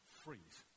freeze